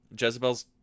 jezebel's